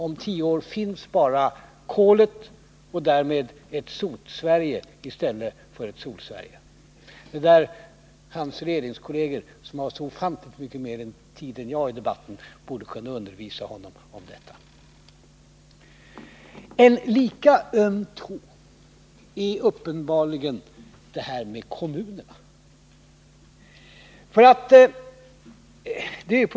Om tio år finns bara kolet och därmed ett Sotsverige i stället för ett Solsverige. Herr Fälldins regeringskolleger, som har så ofantligt mycket mera tid till sitt förfogande i den här debatten, borde kunna undervisa honom om detta. En lika öm tå är uppenbarligen det här med kommunerna.